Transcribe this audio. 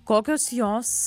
kokios jos